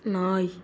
நாய்